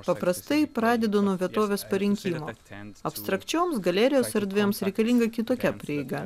paprastai pradedu nuo vietovės parinkimo abstrakčioms galerijos erdvėms reikalinga kitokia prieiga